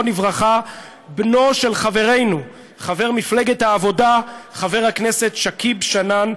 בנו של חברנו חבר מפלגת העבודה חבר הכנסת שכיב שנאן,